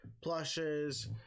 plushes